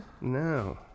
No